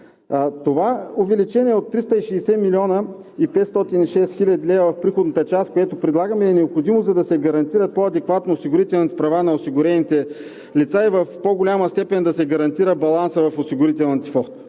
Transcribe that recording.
Това увеличение от 360 млн. 506 хил. лв. в приходната част, което предлагаме, е необходимо, за да се гарантират по-адекватно осигурителните права на осигурените лица и в по-голяма степен да се гарантира балансът в осигурителните